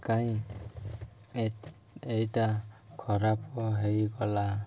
କାହିଁ ଏହିଟା ଖରାପ ହେଇଗଲା